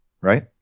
right